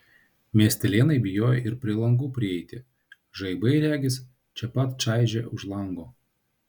miestelėnai bijojo ir prie langų prieiti žaibai regis čia pat čaižė už lango